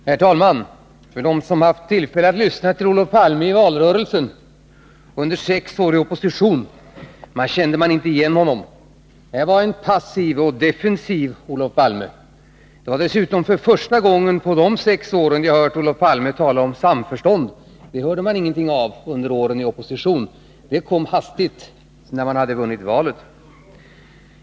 Herr talman! De som haft tillfälle att lyssna till Olof Palme i valrörelsen och under sex år i opposition kände inte igen honom. Det här var en passiv och defensiv Olof Palme. Det var dessutom första gången som jag under dessa sex år har hört Olof Palme tala om samförstånd. Det hörde man ingenting av under hans år i opposition. Det kom hastigt, när socialdemokraterna hade vunnit valet.